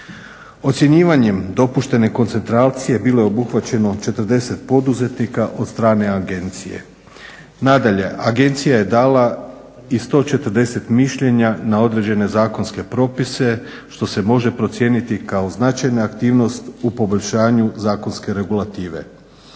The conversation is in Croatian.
Ocjenjivanjem dopuštene koncentracije bilo je obuhvaćeno 40 poduzetnika od strane agencije. Nadalje, agencija je dala i 140 mišljenja na određene zakonske propise što se može procijeniti kao značajna aktivnost u poboljšanju zakonske regulative.